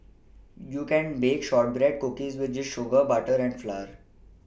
you can bake shortbread cookies with just sugar butter and flour